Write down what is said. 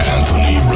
Anthony